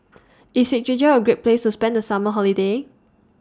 IS Czechia A Great Place to spend The Summer Holiday